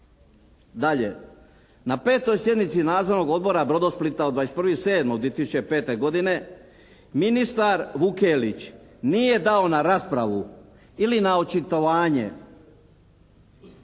Dalje. Na petoj sjednici Nadzornog odbora “Brodosplita“ od 21.7.2005. godine ministar Vukelić nije dao na raspravu ili na očitovanje